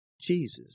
Jesus